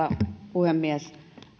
puhemies